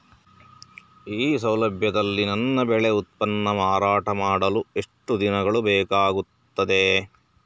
ಈ ಸೌಲಭ್ಯದಲ್ಲಿ ನನ್ನ ಬೆಳೆ ಉತ್ಪನ್ನ ಮಾರಾಟ ಮಾಡಲು ಎಷ್ಟು ದಿನಗಳು ಬೇಕಾಗುತ್ತದೆ?